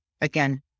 again